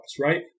right